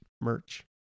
Merch